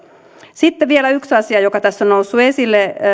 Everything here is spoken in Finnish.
sitten vielä yksi asia joka tässä on noussut esille